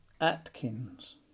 Atkins